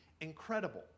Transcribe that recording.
incredible